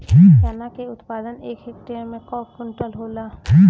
चना क उत्पादन एक हेक्टेयर में कव क्विंटल होला?